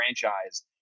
franchise